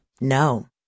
no